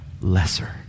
lesser